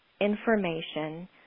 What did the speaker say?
information